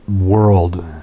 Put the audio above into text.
world